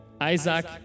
Isaac